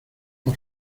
por